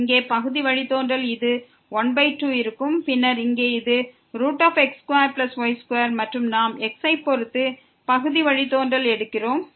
இங்கே பகுதி வழித்தோன்றல் 12 ஆக இருக்கும் பின்னர் இங்கே இது x2y2 மற்றும் நாம் x ஐ பொறுத்து பகுதி வழித்தோன்றலை எடுக்கிறோம்